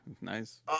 Nice